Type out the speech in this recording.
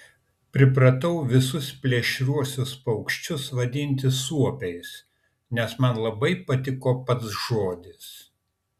pripratau visus plėšriuosius paukščius vadinti suopiais nes man labai patiko pats žodis